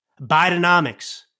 Bidenomics